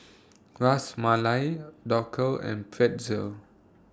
Ras Malai Dhokla and Pretzel